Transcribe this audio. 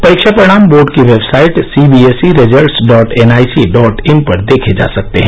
परीक्षा परिणाम बोर्ड की website C B S E results dot N I C dot in पर देखे जा सकते हैं